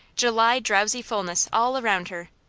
july drowsy fullness all around her,